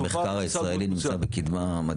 המחקר הישראלי נמצא בקדמה מדהימה.